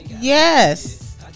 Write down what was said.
Yes